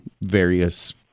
various